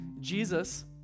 Jesus